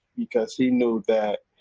because he knew that,